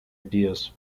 ideas